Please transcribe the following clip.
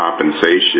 compensation